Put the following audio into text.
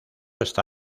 está